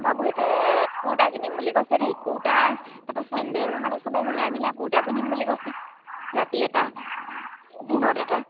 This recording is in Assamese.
বাবুহঁতে কুৰ্তা কিনিম বুলি কৈছে দেই কুৰ্তা তাৰপৰা চেণ্ডেল মানে সবেই মিলাই মিলাই কুৰ্তা পিন্ধিম বুলি কৈছে ৰাতি এটা দিনত এটা